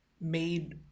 made